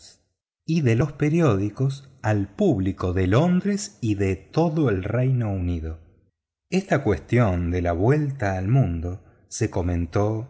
y de los periódicos al público de londres y de todo el reino unido esta cuestión de la vuelta al mundo se comentó